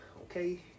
okay